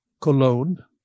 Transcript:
Cologne